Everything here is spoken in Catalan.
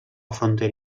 frontera